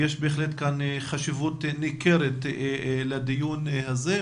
יש בהחלט חשיבות ניכרת לדיון הזה,